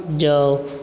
जाउ